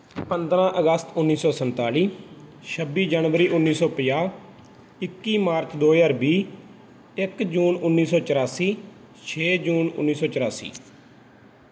ਪੰਦਰ੍ਹਾਂ ਅਗਸਤ ਉੱਨੀ ਸੌ ਸੰਤਾਲੀ ਛੱਬੀ ਜਨਵਰੀ ਉੱਨੀ ਸੌ ਪੰਜਾਹ ਇੱਕੀ ਮਾਰਚ ਦੋ ਹਜ਼ਾਰ ਵੀਹ ਇੱਕ ਜੂਨ ਉੱਨੀ ਸੌ ਚੁਰਾਸੀ ਛੇ ਜੂਨ ਉੱਨੀ ਸੌ ਚੁਰਾਸੀ